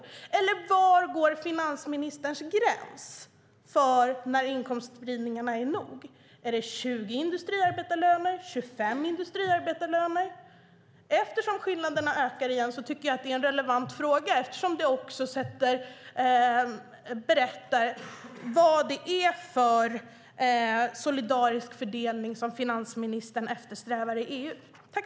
Eller var går finansministerns gräns för när inkomstspridningarna är tillräckligt stora? Går den vid 20 eller vid 25 industriarbetarlöner? Eftersom skillnaderna ökar igen tycker jag att det är en relevant fråga. Svaret berättar vad det är för solidarisk fördelning som finansministern eftersträvar i EU.